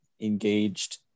engaged